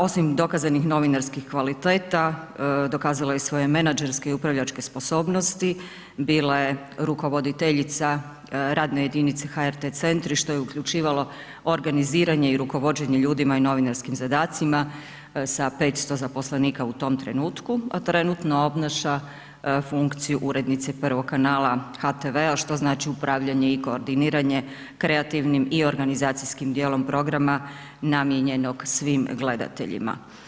Osim dokazanih novinarskih kvaliteta, dokazala je i svoje menadžerske i upravljačke sposobnosti, bila je rukovoditeljica radne jedinice HRT Centri što je uključivalo organiziranje i rukovođenje ljudima i novinarskim zadacima sa 500 zaposlenika u tom trenutku, a trenutno obnaša funkcije urednice prvog kanala HTV-a, što znači upravljanje i koordiniranje kreativnim i organizacijskim dijelom programa namijenjenog svim gledateljima.